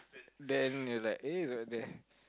then it's like eh got that